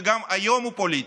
וגם היום הוא פוליטי.